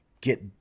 get